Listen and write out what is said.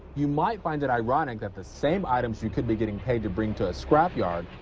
you might find it ironic that the same items you could be getting paid to bring to a scrap yard,